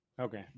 Okay